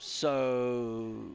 so